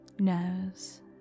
knows